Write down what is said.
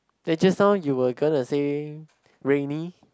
then just now you were gonna say rainy